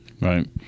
Right